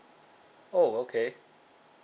oh okay